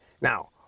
Now